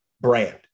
brand